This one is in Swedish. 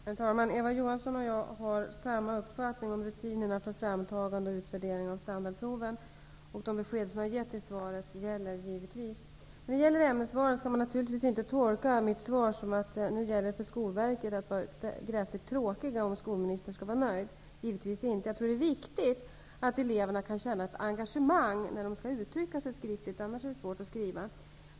Herr talman! Eva Johansson och jag har samma uppfattning om rutinerna för framtagande och utvärdering av standardproven. De besked jag har lämnat i svaret gäller givetvis. När det gäller ämnesvalet skall man naturligtvis inte tolka mitt svar som att det nu gäller för Skolverket att vara gräsligt tråkigt för att skolministern skall bli nöjd. Det är viktigt att eleverna när de skall uttrycka sig skriftligt kan känna ett engagemang. Annars blir det svårt att skriva.